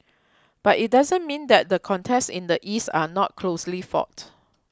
but it doesn't mean that the contests in the East are not closely fought